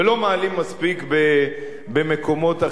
ולא מעלים מספיק במקומות אחרים.